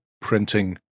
printing